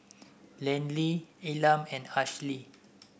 Landyn Elam and Ashlea